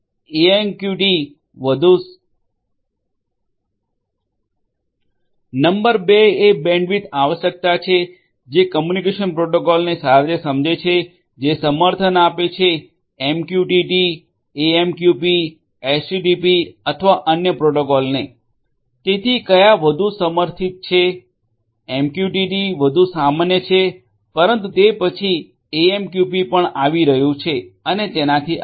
MQTT વધુ સામાન્ય છે પરંતુ તે પછી એએમક્યુપી પણ આવી રહ્યું છે અને તેનાથી આગળ